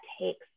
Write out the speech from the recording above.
takes